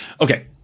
Okay